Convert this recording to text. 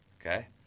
okay